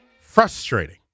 frustrating